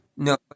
No